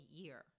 year